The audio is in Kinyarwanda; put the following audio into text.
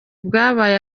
bwabaye